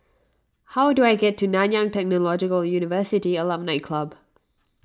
how do I get to Nanyang Technological University Alumni Club